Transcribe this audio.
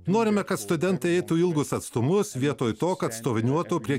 norime kad studentai ilgus atstumus vietoj to kad stoviniuotų prie